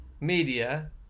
media